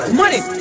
money